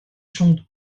champ